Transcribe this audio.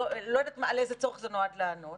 אני לא יודעת על איזה צורך זה נועד לענות